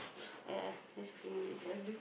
ya just a few more minutes lah